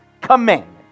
commandment